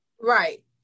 right